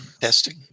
testing